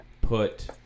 put